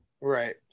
Right